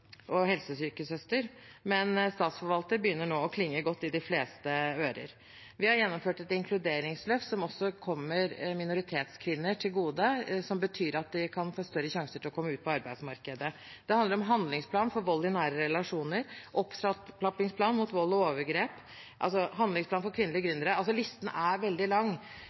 men statsforvalter begynner nå å klinge godt i de fleste ører. Vi har gjennomført et inkluderingsløft som også kommer minoritetskvinner til gode, noe som betyr at de kan få større sjanser til å komme ut på arbeidsmarkedet. Videre handler det om handlingsplan for vold i nære relasjoner, opptrappingsplan mot vold og overgrep, handlingsplan for kvinnelige gründere – listen er veldig lang.